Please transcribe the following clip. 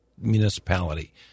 municipality